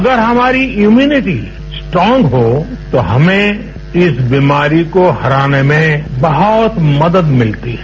अगर हमारी immunity strong हो तो हमें इस बीमारी को हराने में बहुत मदद मिलती है